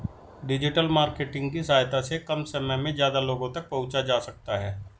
digital marketing की सहायता से कम समय में ज्यादा लोगो तक पंहुचा जा सकता है